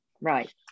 right